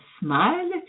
smile